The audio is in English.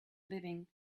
living